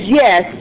yes